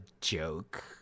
joke